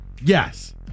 Yes